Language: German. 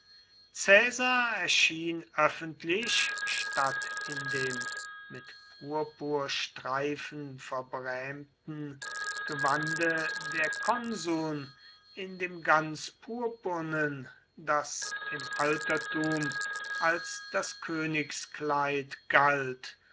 erschien öffentlich statt in dem mit purpurstreifen verbrämten gewande der konsuln in dem ganzpurpurnen das im altertum als das königskleid galt